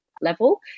level